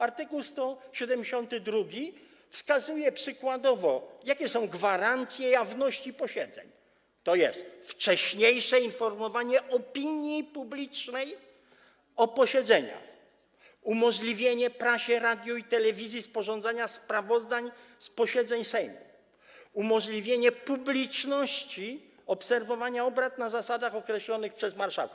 Art. 172 wskazuje przykładowo, jakie są gwarancje jawności posiedzeń, tj. wcześniejsze informowanie opinii publicznej o posiedzeniach, umożliwienie prasie, radiu i telewizji sporządzania sprawozdań z posiedzeń Sejmu, umożliwienie publiczności obserwowania obrad na zasadach określonych przez marszałka.